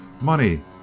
Money